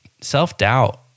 self-doubt